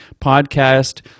podcast